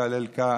תהלל י-ה.